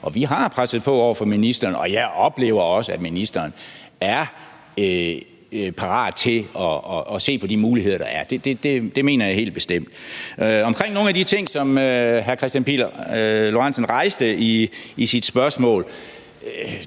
vi har presset på over for ministeren, og jeg oplever også, at ministeren er parat til at se på de muligheder, der er. Det mener jeg helt bestemt. I forhold til nogle af de ting, som hr. Kristian Pihl Lorentzen rejste i sit spørgsmål,